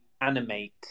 animate